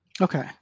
Okay